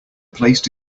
placed